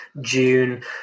june